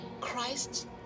Christ